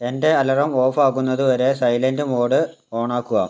എന്റെ alarm off ആകുന്നത് വരെ സൈലെൻറ് മോഡ് ഓണാക്കുക